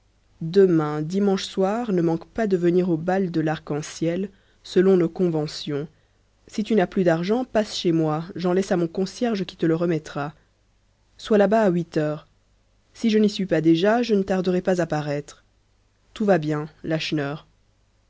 demain dimanche soir ne manque pas de venir au bal de l'arc-en-ciel selon nos conventions si tu n'as plus d'argent passe chez moi j'en laisse à mon concierge qui te le remettra sois là-bas à huit heures si je n'y suis pas déjà je ne tarderai pas à paraître tout va bien